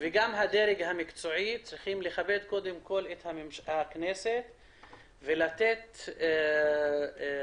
וגם הדרג המקצועי צריכים לכבד את הכנסת ולתת עדיפות